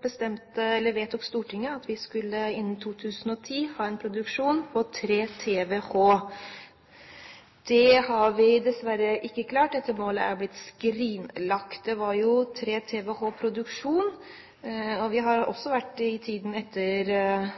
vedtok Stortinget at vi innen 2010 skulle ha en produksjon på 3 TWh. Det har vi dessverre ikke klart. Dette målet er skrinlagt. Det var jo 3 TWh produksjon, og i tiden etter